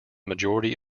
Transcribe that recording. majority